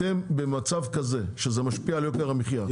אתם במצב כזה שזה משפיע על יוקר המחיה,